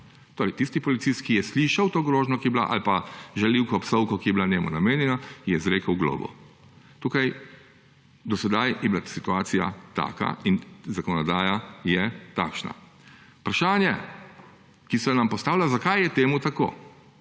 Torej tisti policist, ki je slišal to grožnjo ali pa žaljivko, psovko, ki je bila njemu namenjena, mu je izrekel globo. Tukaj do sedaj je bila situacija taka in zakonodaja je takšna. Vprašanje, ki se nam postavlja, zakaj je temu tako.